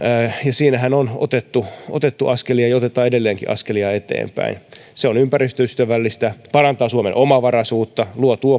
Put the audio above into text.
siinähän on otettu otettu askelia ja otetaan edelleenkin askelia eteenpäin se on ympäristöystävällistä parantaa suomen omavaraisuutta luo